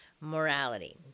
morality